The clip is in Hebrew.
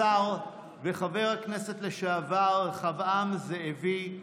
השר וחבר הכנסת לשעבר רחבעם זאבי,